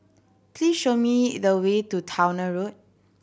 please show me the way to Towner Road